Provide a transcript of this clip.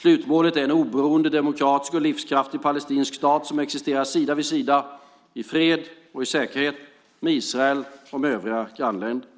Slutmålet är en oberoende, demokratisk och livskraftig palestinsk stat som existerar sida vid sida, i fred och säkerhet, med Israel och övriga grannländer.